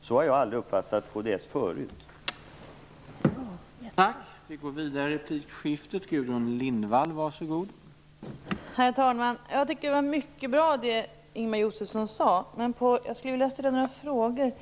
Så har jag aldrig uppfattat kristdemokraterna tidigare.